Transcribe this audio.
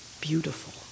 beautiful